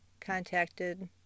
contacted